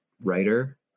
writer